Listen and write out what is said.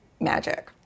magic